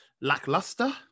lackluster